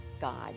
God